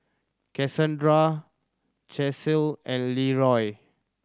Cassondra Chelsey and Leeroy